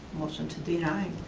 much to deny,